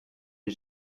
les